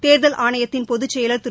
தேர்தல் ஆணையத்தின் பொதுச் செயலா் திரு